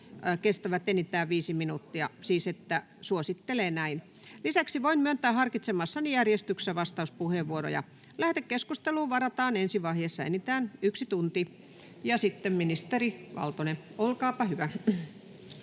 kestävät enintään viisi minuuttia. Lisäksi voin myöntää harkitsemassani järjestyksessä vastauspuheenvuoroja. Lähetekeskusteluun varataan ensi vaiheessa enintään yksi tunti. — Ministeri Valtonen, olkaapa hyvä.